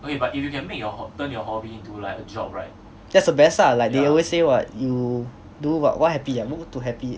that's the best lah like they always say what you do what what happy ah what work to happy